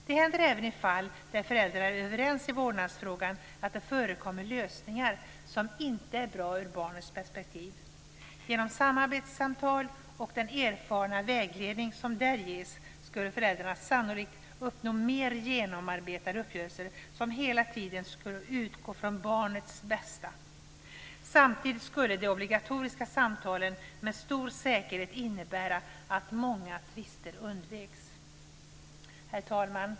Det händer även i fall där föräldrar är överens i vårdnadsfrågan att det förekommer lösningar som inte är bra i barnets perspektiv. Genom samarbetssamtal och den erfarna vägledning som där ges skulle föräldrarna sannolikt uppnå mer genomarbetade uppgörelser som hela tiden skulle utgå från barnets bästa. Samtidigt skulle de obligatoriska samtalen med stor säkerhet innebära att många tvister undveks. Herr talman!